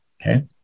Okay